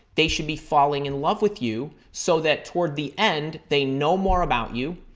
they should be falling in love with you, so that toward the end, they know more about you,